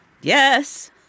Yes